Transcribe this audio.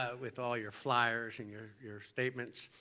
ah with all your flyers and your your statements.